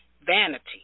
Vanity